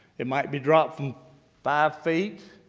it might be dropped from five feet.